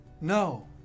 No